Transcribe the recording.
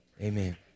Amen